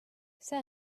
say